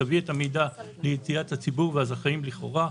ותביא את המידע לידיעת הציבור והזכאים לכאורה.